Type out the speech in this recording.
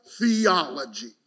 theology